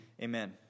amen